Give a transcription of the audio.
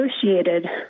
associated